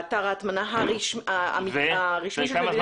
אתר ההטמנה הרשמי של מדינת ישראל.